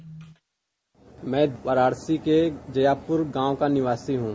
bite मैं वाराणसी के जयापुर गांव का निवासी हूं